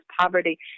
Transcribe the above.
poverty